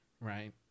right